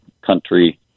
country